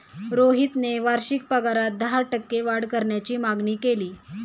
रोहितने वार्षिक पगारात दहा टक्के वाढ करण्याची मागणी केली